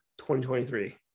2023